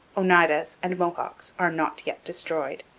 oneidas, and mohawks are not yet destroyed.